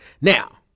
Now